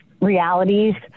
realities